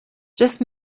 just